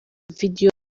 video